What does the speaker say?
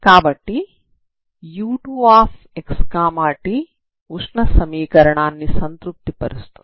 కాబట్టి u2xt ఉష్ణ సమీకరణాన్ని సంతృప్తి పరుస్తుంది